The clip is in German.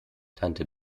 tante